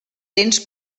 dents